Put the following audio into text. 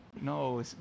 no